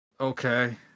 Okay